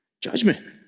Judgment